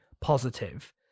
positive